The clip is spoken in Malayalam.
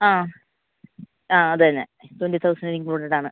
ആ ആ അതുതന്നെ ട്വൻറി തൗസൻഡിൽ ഇൻക്ലൂഡഡ് ആണ്